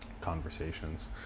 conversations